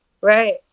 right